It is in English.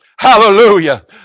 Hallelujah